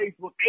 Facebook